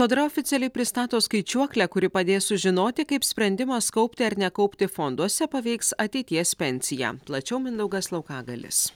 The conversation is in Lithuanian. sodra oficialiai pristato skaičiuoklę kuri padės sužinoti kaip sprendimas kaupti ar nekaupti fonduose paveiks ateities pensiją plačiau mindaugas laukagalis